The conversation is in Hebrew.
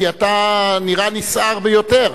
כי אתה נראה נסער ביותר.